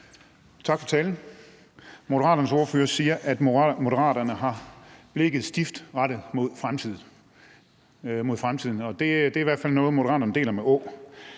Tak for talen. Moderaternes ordfører siger, at Moderaterne har blikket stift rettet mod fremtiden, og det er i hvert fald noget, Moderaterne deler med